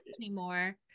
anymore